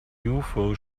ufo